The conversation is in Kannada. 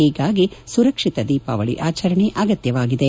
ಒೀಗಾಗಿ ಸುರಕ್ಷಿತ ದೀಪಾವಳಿ ಆಚರಣೆ ಅಗತ್ಯವಾಗಿದೆ